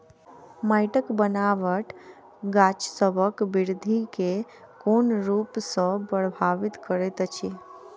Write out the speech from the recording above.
माइटक बनाबट गाछसबक बिरधि केँ कोन रूप सँ परभाबित करइत अछि?